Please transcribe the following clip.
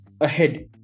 ahead